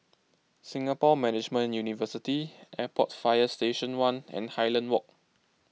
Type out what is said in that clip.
Singapore Management University Airport Fire Station one and Highland Walk